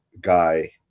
guy